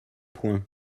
point